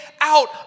out